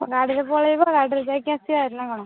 ଗାଡ଼ିରେ ପଳେଇବା ଗାଡ଼ିରେ ଯାଇକି ଆସିବା ହେରି ନା କ'ଣ